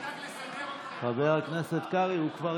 אתם מסודרים, אתם ממנים את